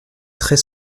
très